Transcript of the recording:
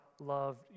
loved